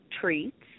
treats